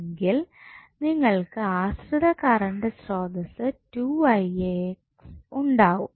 എങ്കിൽ നിങ്ങൾക്ക് ആശ്രിത കറണ്ട് സ്രോതസ്സ് ഉണ്ടാവും